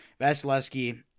Vasilevsky